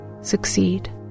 succeed